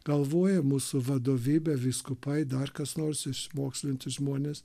galvoja mūsų vadovybė vyskupai dar kas nors išmokslinti žmonės